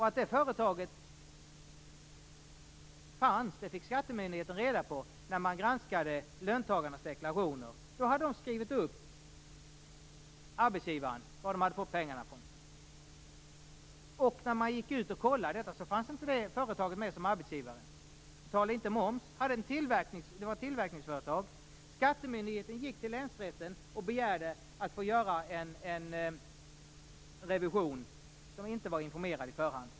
Att det företaget fanns fick skattemyndigheten reda på när man granskade löntagarnas deklarationer. Löntagarna hade uppgett arbetsgivarens namn i sina deklarationer. När skattemyndigheten kontrollerade detta företag fanns det inte med som arbetsgivare. Det var ett tillverkningsföretag, men det betalade inte någon moms. Skattemyndigheten gick till länsrätten och begärde att få göra en revision som man inte skulle informera om i förväg.